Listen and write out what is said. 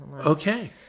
Okay